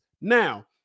now